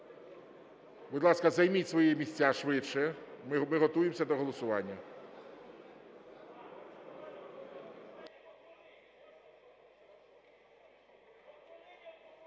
будь ласка, займіть свої місця швидше, ми готуємося до голосування.